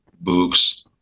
books